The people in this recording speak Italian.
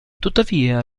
tuttavia